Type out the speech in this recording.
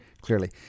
clearly